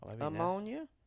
Ammonia